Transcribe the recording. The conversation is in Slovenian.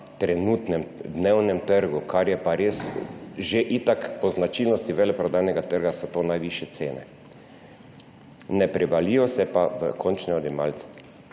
trenutnem dnevnem trgu, kar pa že itak po značilnosti veleprodajnega trga so to najvišje cene, ne prevalijo se pa v končne odjemalce.